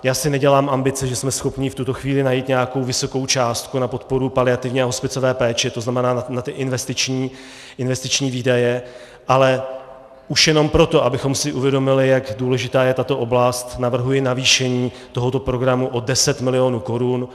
Já si nedělám ambice, že jsme schopni v tuto chvíli najít nějakou vysokou částku na podporu paliativní a hospicové péče, tzn. na investiční výdaje, ale už jenom proto, abychom si uvědomili, jak důležitá je tato oblast, navrhuji navýšení tohoto programu o 10 mil. korun.